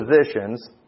positions